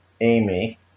Amy